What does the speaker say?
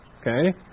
okay